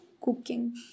cooking